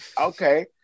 Okay